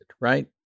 right